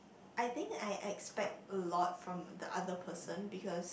I think I expect a lot from the other person because